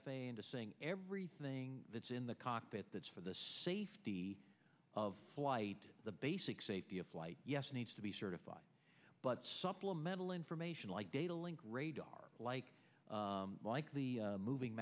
a a into saying everything that's in the cockpit that's for the safety of flight the basic safety of flight yes needs to be certified but supplemental information like datalink radar like like the moving